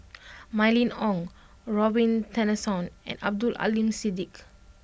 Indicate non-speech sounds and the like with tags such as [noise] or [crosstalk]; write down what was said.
[noise] Mylene Ong Robin Tessensohn and Abdul Aleem Siddique